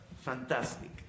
Fantastic